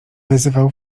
wyzywał